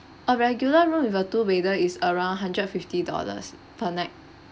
a regular room with a two bedder is around hundred fifty dollars uh per night